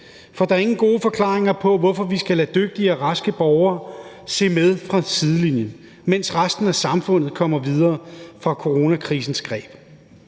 for der er ingen gode forklaringer på, hvorfor vi skal lade dygtige og raske borgere se med fra sidelinjen, mens resten af samfundet kommer videre fra coronakrisens greb.